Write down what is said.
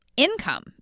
income